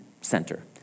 center